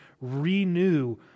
renew